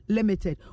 Limited